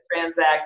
transact